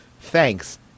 Thanks